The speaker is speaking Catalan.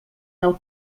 del